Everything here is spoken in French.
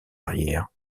arrière